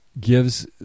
gives